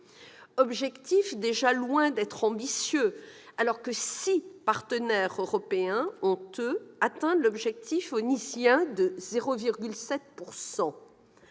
objectif est déjà loin d'être ambitieux, alors que six de nos partenaires européens ont, eux, atteint l'objectif onusien de 0,7 %.